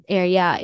area